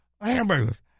hamburgers